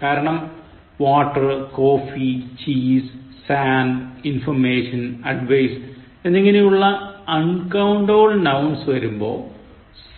കാരണം water coffee cheese sand information advice എന്നിങ്ങനെയുള്ള uncountable nouns വരുമ്പോൾ